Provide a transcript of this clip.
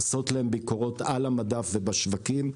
לעשות להם ביקורות על המדף ובשווקים.